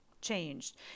changed